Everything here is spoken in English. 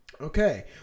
Okay